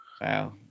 Wow